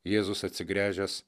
jėzus atsigręžęs